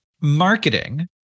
marketing